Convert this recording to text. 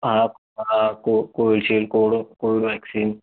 हा को कोविशील्ड कोडो कोवॅक्सिन